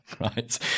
right